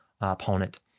opponent